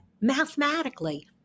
mathematically